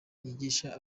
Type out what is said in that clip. yigisha